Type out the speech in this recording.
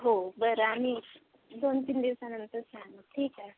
हो बर आम्ही दोन तीन दिवसानंतर सांगू ठिक आहे